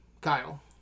Kyle